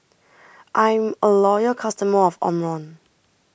I'm a loyal customer of Omron